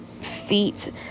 feet